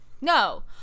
No